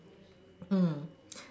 mm